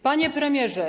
Panie Premierze!